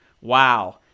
Wow